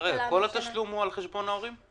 התשלום הוא על חשבון ההורים?